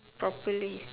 properly